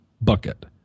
bucket